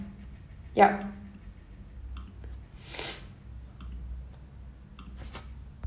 yup